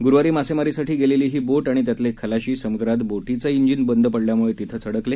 गुरुवारी मासेमारीसाठी गेलेली ही बोट आणि त्यातले खलाशी समुद्रात बोटीचं इंजिन बंद पडल्यामुळे तिथंच अडकले